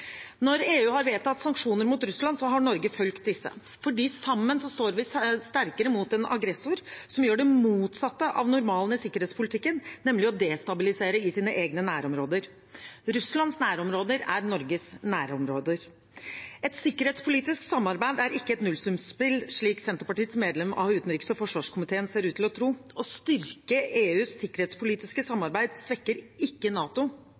Når EU har vedtatt sanksjoner mot Russland, har Norge fulgt disse, fordi vi sammen står sterkere mot en aggressor som gjør det motsatte av normalen i sikkerhetspolitikken, nemlig å destabilisere sine egne nærområder. Russlands nærområder er Norges nærområder. Et sikkerhetspolitisk samarbeid er ikke et nullsumspill, slik Senterpartiets medlem av utenriks- og forsvarskomiteen ser ut til å tro. Å styrke EUs sikkerhetspolitiske samarbeid svekker ikke NATO,